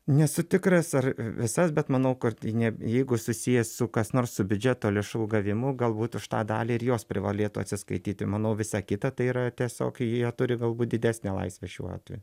nesu tikras ar visas bet manau ka ne jeigu susiję su kas nors su biudžeto lėšų gavimu galbūt už tą dalį ir jos privalėtų atsiskaityti manau visa kita tai yra tiesiog jie turi galbūt didesnę laisvę šiuo atveju